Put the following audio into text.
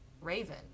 Raven